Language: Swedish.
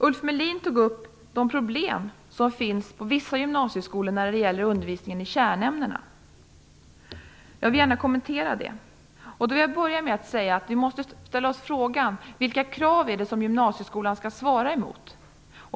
Ulf Melin tog upp problem som finns på vissa gymnasieskolor när det gäller undervisningen i kärnämnena. Jag vill gärna kommentera det. Till att börja med vill jag säga att vi måste fråga oss vilka krav gymnasieskolan skall svara emot.